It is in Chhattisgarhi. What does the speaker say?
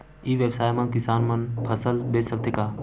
ई व्यवसाय म किसान मन फसल बेच सकथे का?